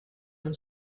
when